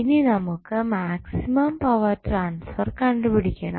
ഇനി നമുക്ക് maximum power transfer കണ്ടുപിടിക്കണം